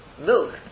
Milk